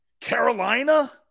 Carolina